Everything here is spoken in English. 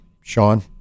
Sean